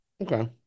Okay